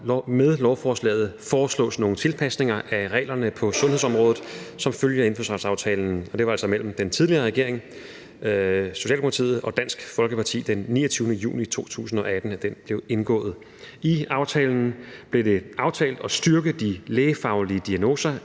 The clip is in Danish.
Med lovforslaget foreslås nogle tilpasninger af reglerne på sundhedsområdet som følge af indfødsretsaftalen, og det var altså mellem den tidligere regering, Socialdemokratiet og Dansk Folkeparti, at aftalen den 29. juni 2018 blev indgået. I aftalen blev det aftalt at styrke de lægefaglige diagnoser